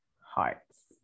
hearts